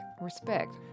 respect